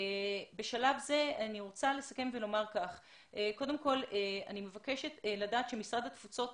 בשלב זה אני רוצה לסכם ולומר שאני מבקשת לדעת שמשרד התפוצות